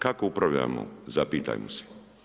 Kako upravljamo, zapitajmo se.